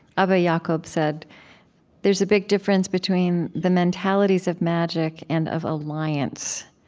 abba yeah ah jacob said there's a big difference between the mentalities of magic and of alliance.